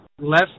less